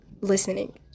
listening